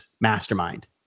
mastermind